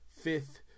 fifth